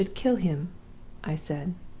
i should kill him i said.